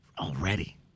Already